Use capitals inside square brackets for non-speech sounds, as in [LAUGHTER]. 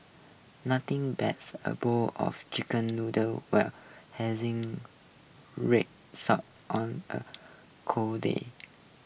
nothing beats a bowl of Chicken Noodles will [UNINTELLIGIBLE] red sauce on a cold day [UNINTELLIGIBLE]